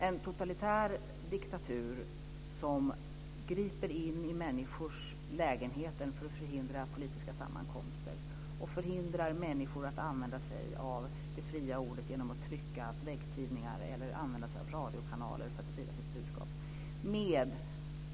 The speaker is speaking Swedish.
En totalitär diktatur griper in i människors lägenheter för att förhindra politiska sammankomster och förhindrar människor att använda sig av det fria ordet genom att trycka väggtidningar eller använda sig av radiokanaler för att sprida sitt budskap.